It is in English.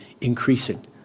increasing